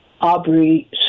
Aubrey